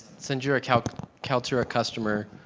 since you're a kaltura kaltura customer,